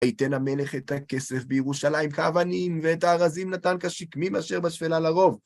ויתן המלך את הכסף בירושלים כאבנים, ואת הארזים נתן כשקמים אשר בשפלה לרוב.